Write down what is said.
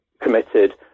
committed